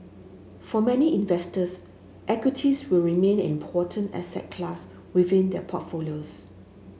for many investors equities will remain important asset class within their portfolios